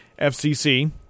FCC